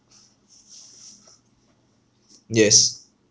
yes